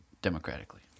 Democratically